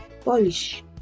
Polish